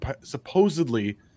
supposedly